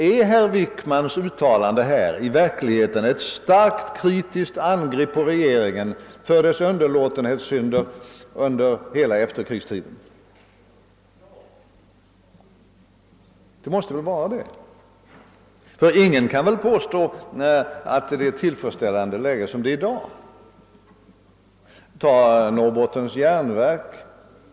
Är herr Wickmans uttalande i verkligheten ett starkt kritiskt angrepp på regeringen för dess underlåtenhetssynder under hela efterkrigstiden? Så måste väl vara fallet, eftersom ingen kan påstå att läget i dag är tillfredsställande. Se exempelvis på Norrbottens järnverk!